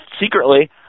secretly